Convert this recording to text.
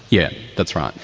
yeah that's right.